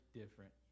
different